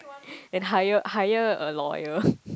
and hire hire a lawyer